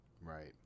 Right